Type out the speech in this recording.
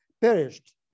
perished